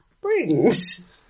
brings